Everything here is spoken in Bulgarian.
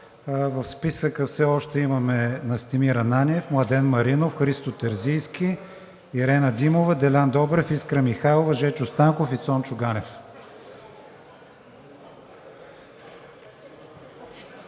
в списъка все още имаме: Настимир Ананиев, Младен Маринов, Христо Терзийски, Ирена Димова, Делян Добрев, Искра Михайлова, Жечо Станков и Цончо Ганев.